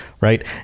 Right